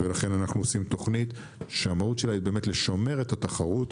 ולכן אנחנו עושים תוכנית שהמהות שלה היא לשמר את התחרות,